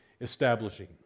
establishing